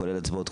כולל הצבעות,